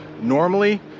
normally